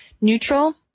neutral